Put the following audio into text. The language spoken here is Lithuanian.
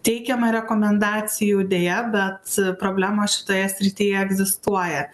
teikiama rekomendacijų deja bet problemos šitoje srityje egzistuoja